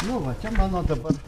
nu va čia mano dabar